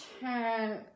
turn